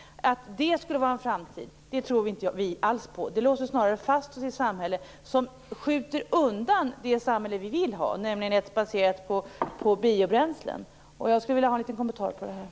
Vi tror inte alls att det skulle vara en framtid. Det låser snarare fast oss i ett samhälle som skjuter undan det samhälle vi vill ha, nämligen ett samhälle baserat på biobränslen. Jag skulle vilja ha en kommentar till detta.